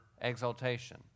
exaltation